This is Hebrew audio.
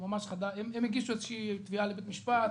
הם הגישו תביעה לבית המשפט.